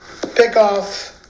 pickoff